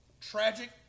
tragic